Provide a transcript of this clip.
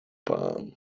pan